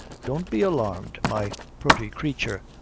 don't be alarmed my purty creature,